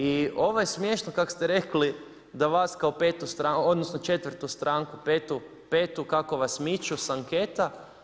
I ovo je smiješno kako ste rekli da vas kao 5. stranku odnosno 4. stranku, 5. kako vas miču sa anketa.